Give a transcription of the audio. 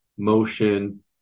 motion